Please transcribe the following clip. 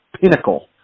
pinnacle